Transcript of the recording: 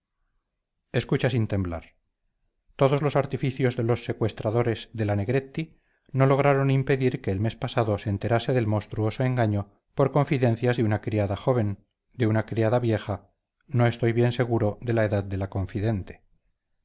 escucha sin temblar todos los artificios de los secuestradores de la negretti no lograron impedir que el mes pasado se enterase del monstruoso engaño por confidencias de una criada joven de una criada vieja no estoy bien seguro de la edad de la confidente